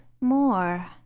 More